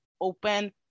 open